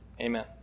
Amen